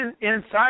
inside